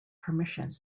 permission